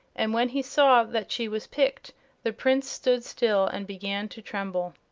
and when he saw that she was picked the prince stood still and began to tremble.